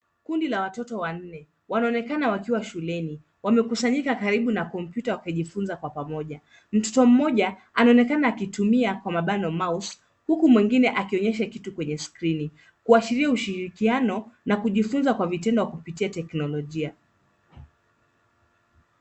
Kundi la watoto wanne. Wanaonekana wakiwa shuleni. Wamekusanyika karibu na kompyuta wakijifunza kwa pamoja. Mtoto mmoja anaonekana akijifunza kwa mabano mouse ,huku mwingine akionyesha kitu kwenye skrini. Kuashiria ushirikiano na kujifunza kwa vitendo kupitia teknolojia.